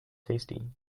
tasty